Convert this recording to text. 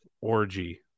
orgy